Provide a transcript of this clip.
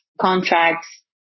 contracts